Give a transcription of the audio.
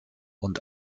und